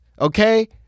okay